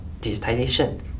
digitization